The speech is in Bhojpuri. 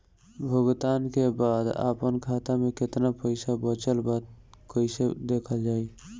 भुगतान के बाद आपन खाता में केतना पैसा बचल ब कइसे देखल जाइ?